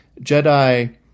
JEDI